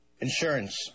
Insurance